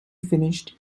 finished